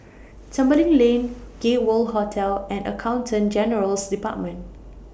Tembeling Lane Gay World Hotel and Accountant General's department